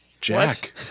jack